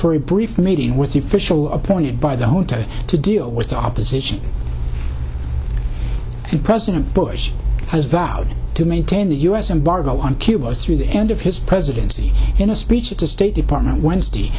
for a brief meeting with the official appointed by the hotel to deal with the opposition and president bush has vowed to maintain the u s embargo on cuba through the end of his presidency in a speech at the state partner wednesday